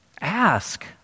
Ask